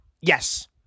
Yes